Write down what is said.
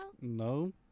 No